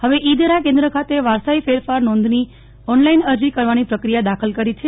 હવે ઇ ધરા કેન્દ્ર ખાતે વારસાઇ ફેરફાર નોંધની ઓનલાઇન અરજી કરવાની પ્રક્રિયા દાખલ કરી છે